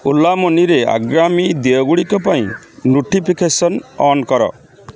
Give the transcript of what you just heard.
ଓଲା ମନିରେ ଆଗାମୀ ଦେୟଗୁଡ଼ିକ ପାଇଁ ନୋଟିଫିକେସନ୍ ଅନ୍ କର